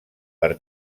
per